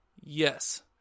Yes